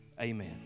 amen